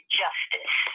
justice